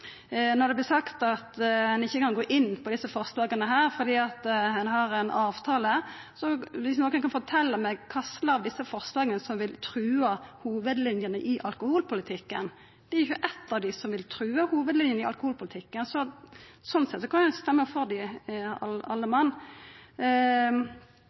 Når det vert sagt at ein ikkje kan gå inn på desse forslaga fordi ein har ein avtale, må nokon fortelja kva for eitt av desse forslaga som vil trua hovudlinjene i alkoholpolitikken. Det er ikkje eitt av dei som vil trua hovudlinjene i alkoholpolitikken. Slik sett kan vi stemma for dei, alle